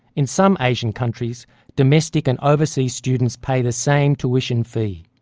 in some asian countries domestic and overseas students pay the same tuition fees.